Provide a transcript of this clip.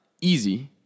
easy